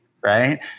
right